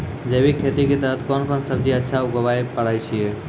जैविक खेती के तहत कोंन कोंन सब्जी अच्छा उगावय पारे छिय?